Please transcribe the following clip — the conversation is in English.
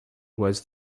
was